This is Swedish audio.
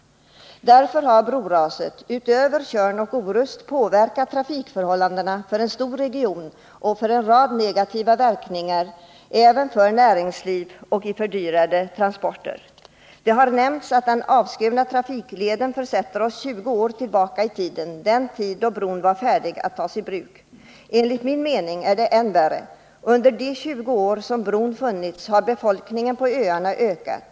Därför har broraset påverkat, utöver Tjörn och Orust, trafikförhållandena för en stor region, omfattande även Stenungsund och Lysekil. Det får en rad negativa verkningar för näringslivet, och transporterna fördyras. Det har nämnts att den avskurna trafikleden försätter oss 20 år tillbaka i tiden, till den tid då bron var färdig att tas i bruk. Enligt min mening är det än värre. Under de 20 år som bron funnits har befolkningen på öarna ökat.